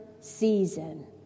season